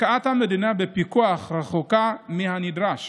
השקעת המדינה בפיקוח רחוקה מהנדרש.